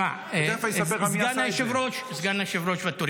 תכף אני אספר לך מי עשה את זה.